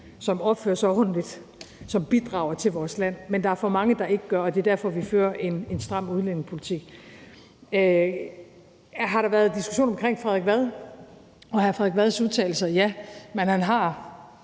som opfører sig ordentligt, og som bidrager til vores land, men der er for mange, der ikke gør, og det er derfor, vi fører en stram udlændingepolitik. Har der været diskussion omkring hr. Frederik Vad og hr. Frederik Vads udtalelser? Ja, men han har